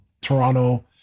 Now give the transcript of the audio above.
Toronto